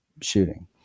shooting